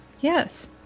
Yes